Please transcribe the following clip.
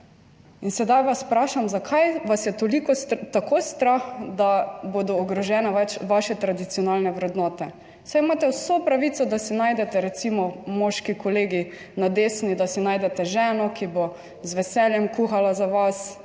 In sedaj vas vprašam, zakaj vas je tako strah, da bodo ogrožene vaše tradicionalne vrednote? Saj imate vso pravico, da si najdete recimo moški kolegi na desni, da si najdete ženo, ki bo z veseljem kuhala za vas